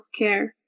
healthcare